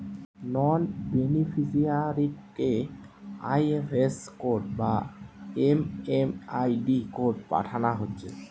নন বেনিফিসিয়ারিকে IFS code বা MMID code পাঠানা হচ্ছে